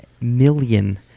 million